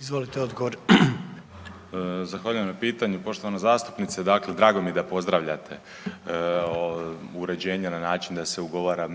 Josip (HDZ)** Zahvaljujem na pitanju poštovana zastupnice. Dakle drago mi je da pozdravljate uređenje na način da se ugovara